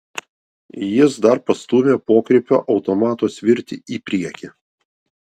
jis dar pastūmė pokrypio automato svirtį į priekį